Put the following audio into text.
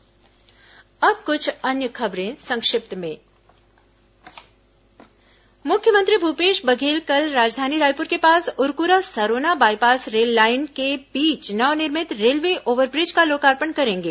संक्षिप्त समाचार अब कुछ अन्य खबरें संक्षिप्त में मुख्यमंत्री भूपेश बघेल कल राजधानी रायपुर के पास उरक्रा सरोना बायपास रेललाइन के बीच नवनिर्मित रेलवे ओव्हरब्रिज का लोकार्पण करेंगे